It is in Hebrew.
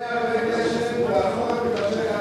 השנה עוד יהיה הרבה גשם, והחורף יימשך עד מאי.